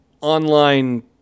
online